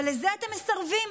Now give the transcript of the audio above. אבל לזה אתם מסרבים,